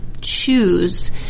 choose